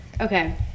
Okay